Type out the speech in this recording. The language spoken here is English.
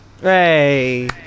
hey